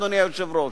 אדוני היושב-ראש.